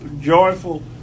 joyful